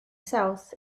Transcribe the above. south